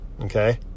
Okay